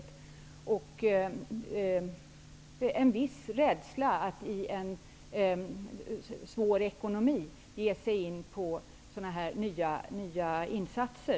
Det kan också bero på en viss rädsla för att i ett svårt ekonomiskt läge ge sig in på nya insatser.